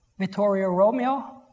vittorio romeo